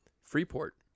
Freeport